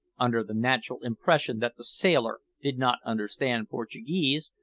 under the natural impression that the sailor did not understand portuguese,